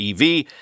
EV